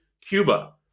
Cuba